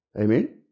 Amen